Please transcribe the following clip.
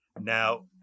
Now